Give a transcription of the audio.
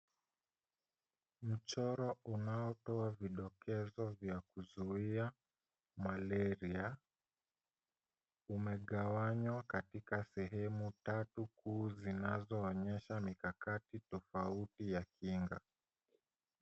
Mchoro unaotoa vidokezo vya kuzuia malaria umegawanywa katika sehemu tatu kuu zinazoonyesha mikakati tofauti ya kinga.